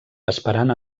esperant